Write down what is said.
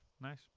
Nice